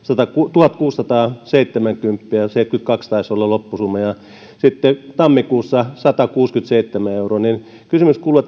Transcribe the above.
tuhatkuusisataaseitsemänkymmentä euroa tuhatkuusisataaseitsemänkymmentäkaksi taisi olla loppusumma ja sitten tammikuussa satakuusikymmentäseitsemän euroa kysymys kuuluu